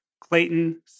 Clayton